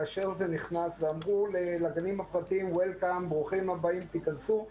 כאשר זה נכנס ואמרו לגנים הפרטיים ברוכים הבאים תיכנסו,